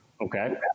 Okay